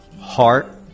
heart